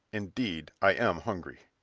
indeed, i am hungry.